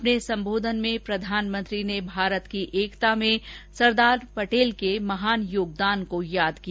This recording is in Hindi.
अपने संबोधन में प्रधानमंत्री ने भारत की एकता में सरदार पटेल के महान योगदान को याद किया